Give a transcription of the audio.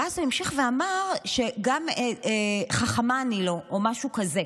ואז הוא המשיך ואמר שגם חכמה אני לא, או משהו כזה,